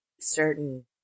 certain